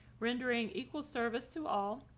rendering equal service to all,